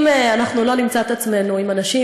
אם אנחנו לא נמצא את עצמנו עם אנשים